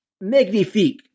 magnifique